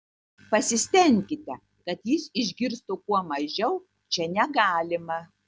pasistenkite kad jis išgirstų kuo mažiau čia negalima